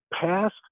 passed